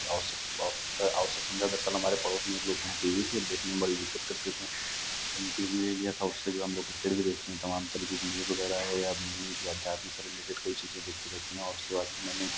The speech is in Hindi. आवश्यक आवश्यकता आवश्यक समझा दरअसल हमारे पड़ोस में एक लोग के यहाँ टी वी तो वो देखने में बड़ी दिक्कत करते थे हमने टी वी ले लिया था उससे जो है हम लोग क्रिकेट भी देखते हैं तमाम तरीके की न्यूज़ वगैरह है या मम्मी भी अध्यात्म से रिलेटेड कई चीज़ें देखती रहती हैं और उसके बाद फिर मैंने